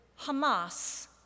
Hamas